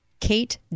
Kate